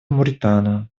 моритану